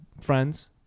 friends